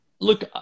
Look